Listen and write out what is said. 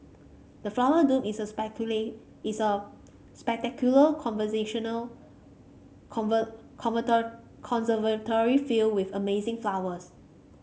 the Flower Dome is a is a spectacular conservatory filled with amazing flowers